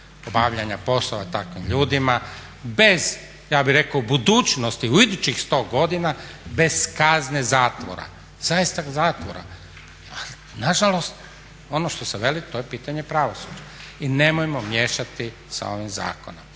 obavljanja poslova takvim ljudima, bez ja bih rekao budućnosti u idućih 100 godina bez kazne zatvora, zaista zatvora. Ali nažalost ono što se veli to je pitanje pravosuđa i nemojmo miješati sa ovim zakonom.